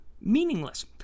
Meaningless